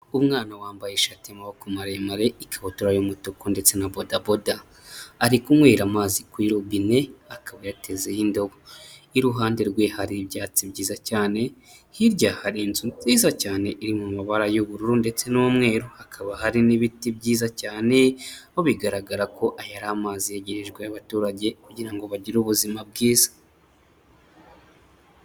Umwana wambaye ishati y’ amaboko maremare, ikabutura y'umutuku ndetse na bodaboda. Ari kunywera amazi kuri robine akaba yatezaho idobo, iruhande rwe hari ibyatsi byiza cyane. Hirya hari inzu nziza cyane iri mu mabara y'ubururu ndetse n'umweru. Hakaba hari n'ibiti byiza cyane ho bigaragara ko aya ari amazi yegirijwe y’ abaturage kugira bagire ubuzima bwiza.